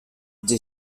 the